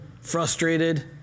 frustrated